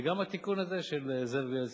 וגם התיקון הזה של זאב בילסקי,